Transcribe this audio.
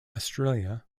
australia